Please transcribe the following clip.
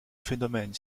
phénomène